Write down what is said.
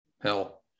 hell